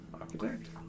Architect